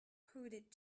hooded